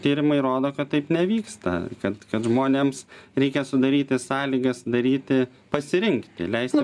tyrimai rodo kad taip nevyksta kad kad žmonėms reikia sudaryti sąlygas daryti pasirinkti leisiti